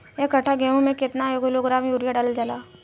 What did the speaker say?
एक कट्टा गोहूँ में केतना किलोग्राम यूरिया डालल जाला?